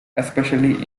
especially